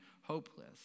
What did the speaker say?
hopeless